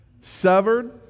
severed